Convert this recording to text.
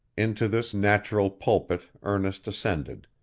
into this natural pulpit ernest ascended,